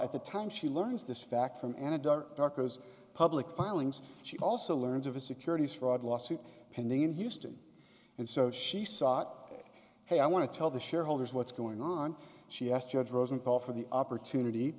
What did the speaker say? at the time she learns this fact from an adult barker's public filings she also learns of a securities fraud lawsuit pending in houston and so she sought hey i want to tell the shareholders what's going on she asked judge rosenthal for the opportunity